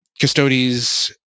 custodies